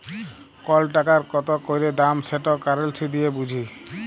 call টাকার কত ক্যইরে দাম সেট কারেলসি দিঁয়ে বুঝি